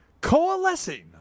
Coalescing